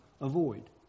avoid